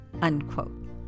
unquote